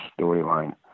storyline